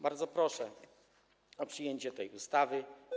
Bardzo proszę o przyjęcie tej ustawy.